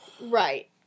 Right